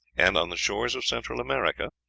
and on the shores of central america?